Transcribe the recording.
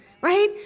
right